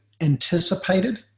anticipated